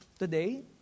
today